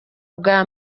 bwa